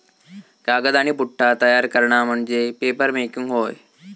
कागद आणि पुठ्ठा तयार करणा म्हणजे पेपरमेकिंग होय